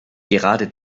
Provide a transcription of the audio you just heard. gerade